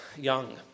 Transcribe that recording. young